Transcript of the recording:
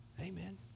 amen